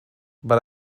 but